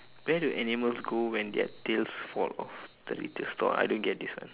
where do animals go when their tails fall off the retail store I don't get this one